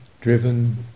driven